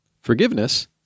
forgiveness